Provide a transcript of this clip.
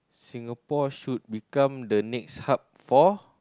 Singapore should become the next hub for